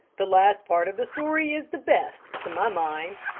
the last part of the story is the best, to my mind,